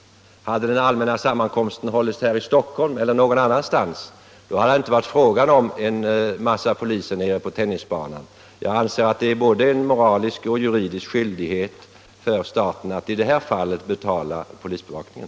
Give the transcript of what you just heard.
57 Hade den allmänna sammankomsten hållits här i Stockholm eller någon annanstans, så hade det inte varit fråga om att ha en mängd poliser nere på tennisplanen. Jag anser att det är både en moralisk och en juridisk skyldighet för staten att i det här fallet betala polisbevakningen.